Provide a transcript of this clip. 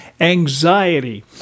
anxiety